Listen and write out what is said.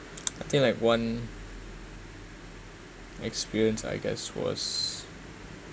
I think like one experience I guess was